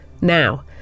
Now